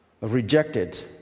Rejected